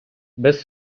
без